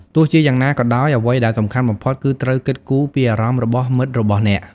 ទោះជាយ៉ាងណាក៏ដោយ អ្វីដែលសំខាន់បំផុតគឺត្រូវគិតគូរពីអារម្មណ៍របស់មិត្តរបស់អ្នក។